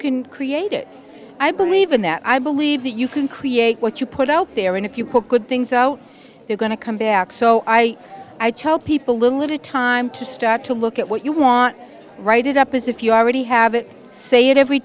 can create it i believe in that i believe that you can create what you put out there and if you cook good things so they're going to come back so i i tell people lulu to time to start to look at what you want write it up as if you already have it say it every